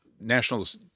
National's